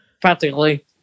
Practically